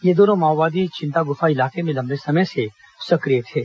ये दोनों माओवादी चिंतागुफा इलाके में लम्बे समय से सक्रिय थे